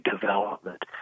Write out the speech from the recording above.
development